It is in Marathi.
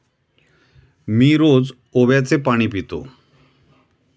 मी रोज ओव्याचे पाणी पितो